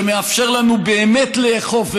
שמאפשר לנו באמת לאכוף,